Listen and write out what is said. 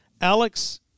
Alex